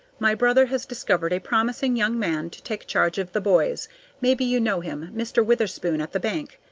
my brother has discovered a promising young man to take charge of the boys maybe you know him mr. witherspoon, at the bank.